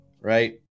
right